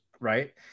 right